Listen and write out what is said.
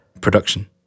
production